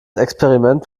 experiment